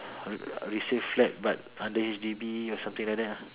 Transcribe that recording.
uh resale flat but under H_D_B or something like that lah